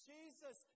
Jesus